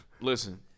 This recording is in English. Listen